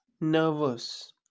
nervous